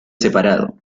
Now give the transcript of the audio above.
separado